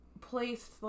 placed